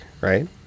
right